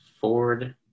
Ford